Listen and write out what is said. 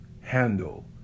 handle